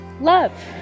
love